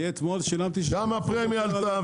גם הפרמיה עלתה,